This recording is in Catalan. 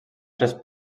tres